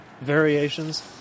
variations